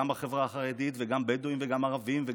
גם בחברה החרדית וגם בדואים וגם ערבים,